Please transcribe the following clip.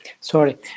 sorry